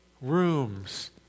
rooms